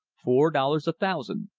four dollars a thousand.